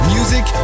Music